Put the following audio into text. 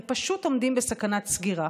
הם פשוט עומדים בסכנת סגירה.